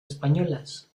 españolas